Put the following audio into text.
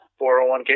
401k